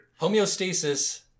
Homeostasis